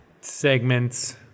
Segments